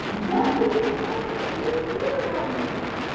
don't leave me alone with that weird theatre guy anymore.